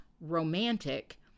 romantic